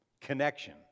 connection